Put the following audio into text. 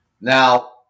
Now